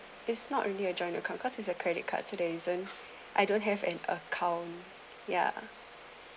it's not really a joint account because it's a credit card so there isn't I don't have an account ya